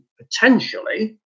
potentially